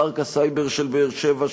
פארק הסייבר של באר-שבע,